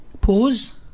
pause